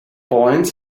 point